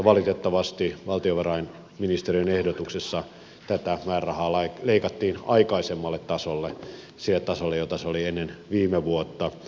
valitettavasti valtiovarainministeriön ehdotuksessa tätä määrärahaa leikattiin aikaisemmalle tasolle sille tasolle joka oli ennen viime vuotta